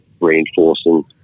reinforcing